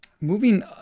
moving